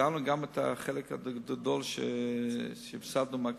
החזרנו גם את החלק הגדול שסבסדנו מהכסף,